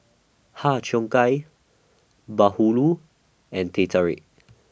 Har Cheong Gai Bahulu and Teh Tarik